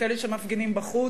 את אלה שמפגינים בחוץ,